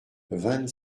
vingt